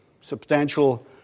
substantial